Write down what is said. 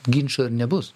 ginčo ir nebus